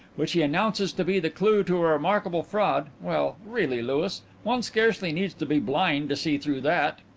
which he announces to be the clue to a remarkable fraud well, really, louis, one scarcely needs to be blind to see through that.